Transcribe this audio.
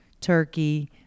turkey